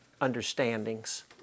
understandings